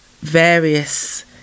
various